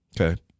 Okay